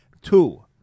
Two